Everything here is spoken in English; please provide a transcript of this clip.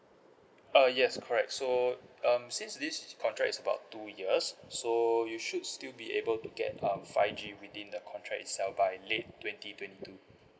uh yes correct so um since this contract is about two years so you should still be able to get um five G within the contract itself by late twenty twenty two